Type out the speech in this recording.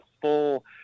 full